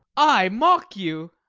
i mock you!